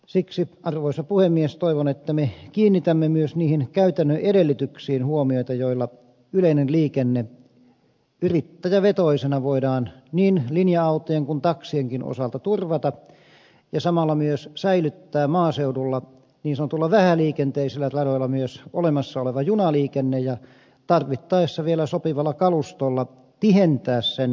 siksi arvoisa puhemies toivon että me kiinnitämme myös niihin käytännön edellytyksiin huomiota joilla yleinen liikenne yrittäjävetoisena voidaan niin linja autojen kuin taksienkin osalta turvata ja samalla myös säilyttää maaseudulla niin sanotuilla vähäliikenteisillä radoilla myös olemassa oleva junaliikenne ja tarvittaessa vielä sopivalla kalustolla tihentää sen palveluvuoroja